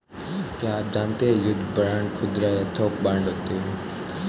क्या आप जानते है युद्ध बांड खुदरा या थोक बांड होते है?